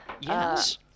Yes